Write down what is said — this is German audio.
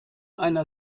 einer